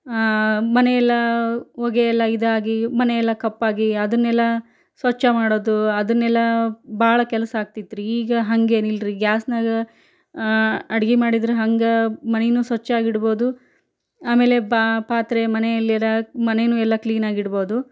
ಮನೆಯೆಲ್ಲ ಹೊಗೆ ಎಲ್ಲ ಇದಾಗಿ ಮನೆಯೆಲ್ಲ ಕಪ್ಪಾಗಿ ಅದನ್ನೆಲ್ಲ ಸ್ವಚ್ಚ ಮಾಡೋದು ಅದನ್ನೆಲ್ಲ ಭಾಳ ಕೆಲಸ ಆಗ್ತಿತ್ರಿ ಈಗ ಹಾಗೇನಿಲ್ರಿ ಗ್ಯಾಸ್ನಾಗೆ ಅಡ್ಗೆ ಮಾಡಿದ್ರೆ ಹಾಗೆ ಮನೆಯೂ ಸ್ವಚ್ಚ ಆಗಿಡ್ಬೋದು ಆಮೇಲೆ ಬಾ ಪಾತ್ರೆ ಮನೆಯಲ್ಲಿರೋ ಮನೆಯೂ ಎಲ್ಲ ಕ್ಲೀನಾಗಿಡ್ಬೋದು